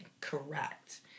Correct